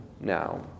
now